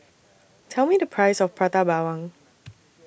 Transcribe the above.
Tell Me The Price of Prata Bawang